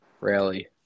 rally